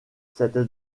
cette